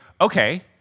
okay